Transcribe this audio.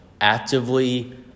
actively